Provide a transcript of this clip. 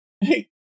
Hey